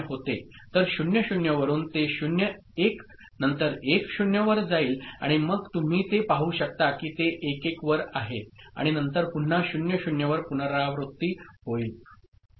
तर 0 0 वरुन ते 0 1 नंतर 1 0 वर जाईल आणि मग तुम्ही ते पाहू शकता की ते 1 1 वर आहे आणि नंतर पुन्हा 0 0 वर पुनरावृत्ती होईल